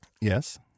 Yes